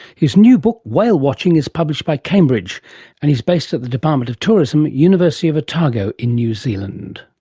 his new book whale-watching is published by cambridge and he is based at the department of tourism, university of otago, and new zealand.